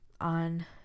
on